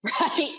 right